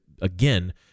again